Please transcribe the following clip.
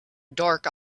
dark